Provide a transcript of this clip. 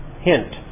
hint